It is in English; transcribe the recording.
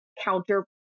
counter